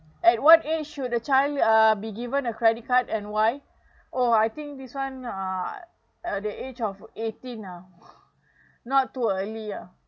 at what age should the child uh be given a credit card and why oh I think this one uh uh the age of eighteen ah not too early ah